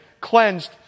cleansed